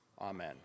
amen